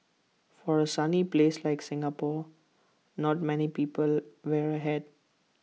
for A sunny place like Singapore not many people wear A hat